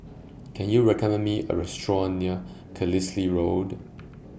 Can YOU recommend Me A Restaurant near Carlisle Road